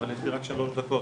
אבל יש לי רק שלוש דקות,